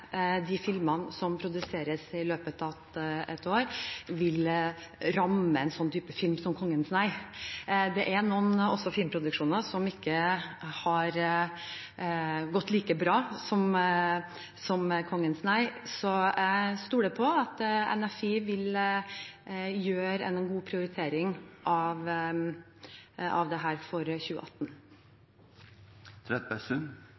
de filmene som produseres i løpet av et år, vil det ramme en slik type film som «Kongens nei». Det er også noen filmproduksjoner som ikke har gått like bra som «Kongens nei», så jeg stoler på at NFI vil gjøre en god prioritering av dette for